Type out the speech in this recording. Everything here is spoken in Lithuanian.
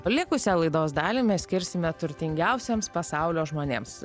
likusią laidos dalį mes skirsime turtingiausiems pasaulio žmonėms